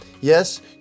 Yes